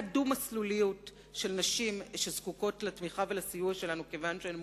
דו-מסלוליות של נשים שזקוקות לתמיכה ולסיוע שלנו מכיוון שהן מוחלשות,